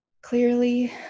clearly